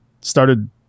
Started